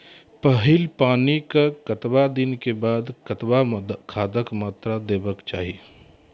पहिल पानिक कतबा दिनऽक बाद कतबा खादक मात्रा देबाक चाही?